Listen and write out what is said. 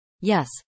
Yes